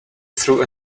through